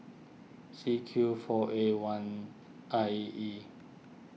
C Q four A one I E